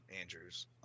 Andrews